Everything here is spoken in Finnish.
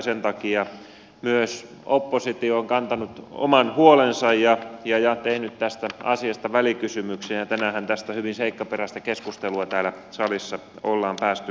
sen takia myös oppositio on kantanut oman huolensa ja tehnyt tästä asiasta välikysymyksen ja tänäänhän tästä hyvin seikkaperäistä keskustelua täällä salissa on päästy käymään